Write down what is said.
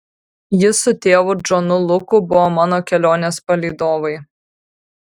jis su tėvu džonu luku buvo mano kelionės palydovai